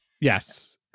Yes